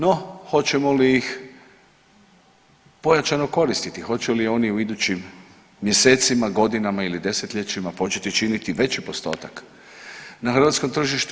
No hoćemo li ih pojačano koristiti, hoće li oni u idućim mjesecima, godinama ili desetljećima početi činiti veći postotak na hrvatskom tržištu?